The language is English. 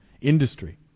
industry